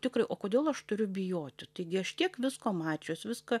tikrai o kodėl aš turiu bijoti taigi aš tiek visko mačius viską